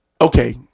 okay